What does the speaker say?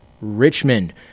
Richmond